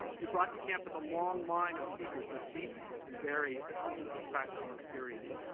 you brought to campus a long line of speakers, with deep and varied practical experience,